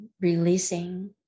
releasing